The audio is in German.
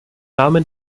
namen